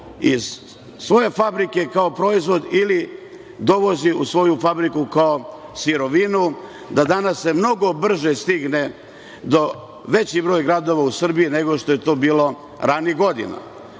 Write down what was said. iz svoje fabrike kao proizvod, ili dovozi u svoju fabriku kao sirovinu, da se danas mnogo brže stigne do većeg broja gradova u Srbiji nego što je to bilo ranijih godina.